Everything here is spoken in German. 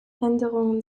änderungen